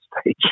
stage